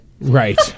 Right